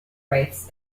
reefs